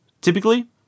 Typically